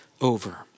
over